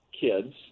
kids